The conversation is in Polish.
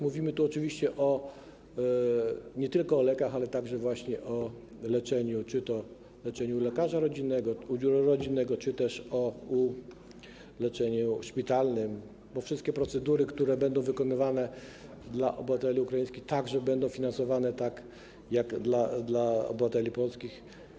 Mówimy tu oczywiście nie tylko o lekach, ale także o leczeniu - czy to leczeniu u lekarza rodzinnego, czy to o leczeniu szpitalnym - bo wszystkie procedury, które będą wykonywane dla obywateli ukraińskich, także będą finansowane tak jak dla obywateli polskich.